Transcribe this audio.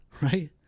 right